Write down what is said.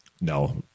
No